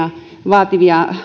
ja